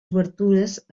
obertures